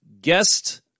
Guest